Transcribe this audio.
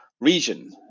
region